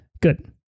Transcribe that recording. Good